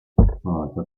lecker